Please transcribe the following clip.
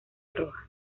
roja